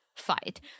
fight